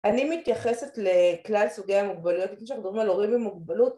אני מתייחסת לכלל סוגי המוגבלויות, לפני שאנחנו מדברים על הורים ומוגבלות